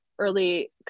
early